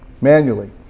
manually